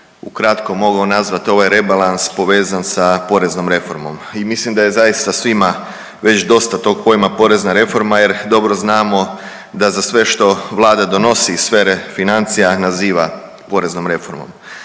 ukratko mogao nazvati ovaj rebalans povezan sa poreznom reformom i mislim da je zaista svima već dosta tog pojma porezna reforma jer dobro znamo da za sve što Vlada donosi iz sfere financija naziva poreznom reformom.